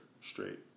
straight